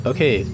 Okay